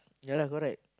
yea lah correct